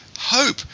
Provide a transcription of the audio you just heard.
Hope